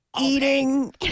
Eating